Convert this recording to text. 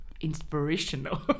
inspirational